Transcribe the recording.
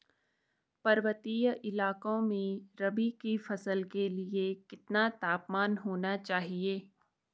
पर्वतीय इलाकों में रबी की फसल के लिए कितना तापमान होना चाहिए?